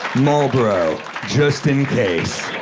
marlboro just in case.